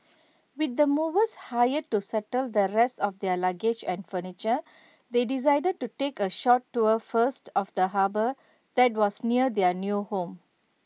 with the movers hired to settle the rest of their luggage and furniture they decided to take A short tour first of the harbour that was near their new home